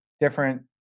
different